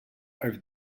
over